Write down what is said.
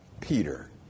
Peter